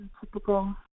typical